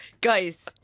Guys